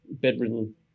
bedridden